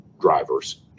drivers